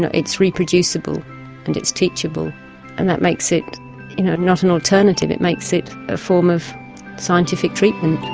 and it's reproducible and it's teachable and that makes it you know not an alternative, it makes it a form of scientific treatment.